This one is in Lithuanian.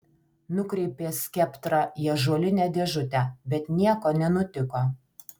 nukreipė skeptrą į ąžuolinę dėžutę bet nieko nenutiko